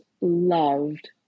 loved